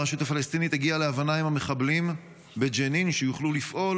הרשות הפלסטינית הגיעה להבנה עם המחבלים בג'נין שיוכלו לפעול,